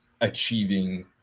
achieving